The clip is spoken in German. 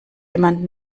jemand